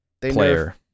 player